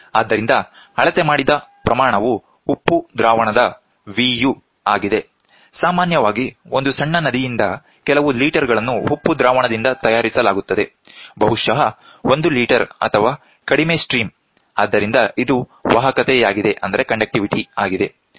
ಆದ್ದರಿಂದ ಅಳತೆಮಾಡಿದ ಪ್ರಮಾಣವು ಉಪ್ಪು ದ್ರಾವಣದ Vu ಆಗಿದೆ ಸಾಮಾನ್ಯವಾಗಿ ಒಂದು ಸಣ್ಣ ನದಿಯಿಂದ ಕೆಲವು ಲೀಟರಗಳನ್ನು ಉಪ್ಪು ದ್ರಾವಣದಿಂದ ತಯಾರಿಸಲಾಗುತ್ತದೆ ಬಹುಶಃ 1 ಲೀಟರ್ ಅಥವಾ ಕಡಿಮೆ ಸ್ಟ್ರೀಮ್ ಆದ್ದರಿಂದ ಇದು ವಾಹಕತೆಯಾಗಿದೆ